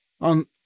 on